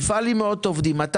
מפעל עם 200 עובדים.